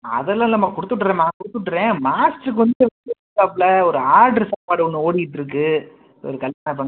அதெல்லாம் இல்லைம்மா கொடுத்துவுட்டுறேம்மா கொடுத்துவுட்டுறேன் மாஸ்டர் கொஞ்சம் இருக்காப்புல ஒரு ஆட்ரு சாப்பாடு ஒன்று ஓடிட்ருக்கு ஒரு கல்யாண ஃபங்